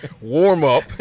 warm-up